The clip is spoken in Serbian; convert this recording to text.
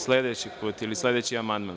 Sledeći put ili sledeći amandman.